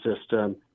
system